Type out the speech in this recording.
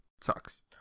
sucks